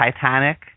Titanic